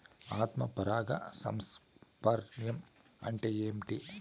ఆత్మ పరాగ సంపర్కం అంటే ఏంటి?